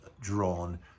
drawn